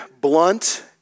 blunt